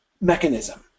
mechanism